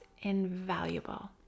invaluable